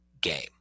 game